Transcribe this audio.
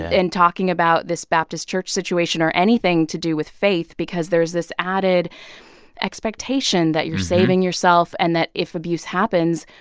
in talking about this baptist church situation or anything to do with faith because there is this added expectation that you're saving yourself and that if abuse happens,